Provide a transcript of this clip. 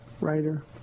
writer